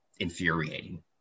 infuriating